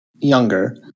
younger